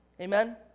Amen